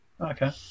Okay